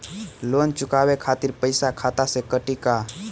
Loan चुकावे खातिर पईसा खाता से कटी का?